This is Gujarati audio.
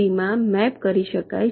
માં મેપ કરી શકાય છે